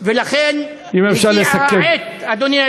ולכן הגיעה העת, אדוני, אם אפשר לסכם.